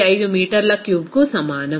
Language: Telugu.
415 మీటర్ల క్యూబ్కు సమానం